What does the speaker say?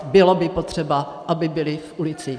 Bylo by potřeba, aby byli v ulicích.